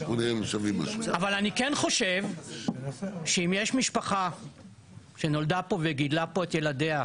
אבל אני כן חושב שאם יש משפחה שנולדה פה וגידלה פה את ילדיה,